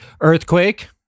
Earthquake